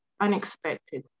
unexpected